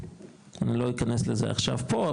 אני לא אכנס לזה עכשיו פה,